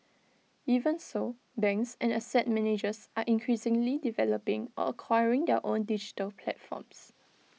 even so banks and asset managers are increasingly developing or acquiring their own digital platforms